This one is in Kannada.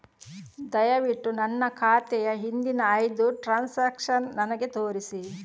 ದಯವಿಟ್ಟು ನನ್ನ ಖಾತೆಯ ಹಿಂದಿನ ಐದು ಟ್ರಾನ್ಸಾಕ್ಷನ್ಸ್ ನನಗೆ ತೋರಿಸಿ